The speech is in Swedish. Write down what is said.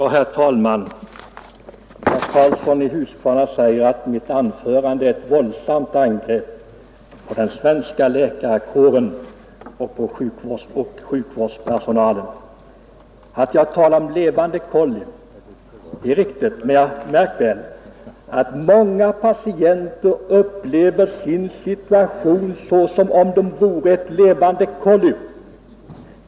Herr talman! Herr Karlsson i Huskvarna säger att mitt anförande är ett våldsamt angrepp på den svenska läkarkåren och på sjukvårdspersonalen. Att jag talar om levande kollin är riktigt, men märk väl att det är fråga om hur många patienter upplever sin situation.